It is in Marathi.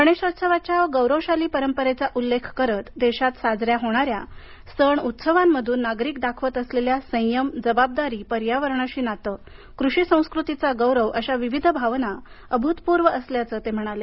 गणेशोत्सवाच्या गौरवशाली परंपरेचा उल्लेख करत देशात साजऱ्या होणाऱ्या सण उत्सवांमधून नागरिक दाखवत असलेल्या संयम जबाबदारी पर्यावरणाशी नातं कृषी संस्कृतीचा गौरव अश्या विविध भावना अभूतपूर्व असल्याचं ते म्हणाले